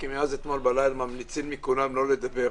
כי מאז אתמול בלילה ממליצים לי כולם לא לדבר.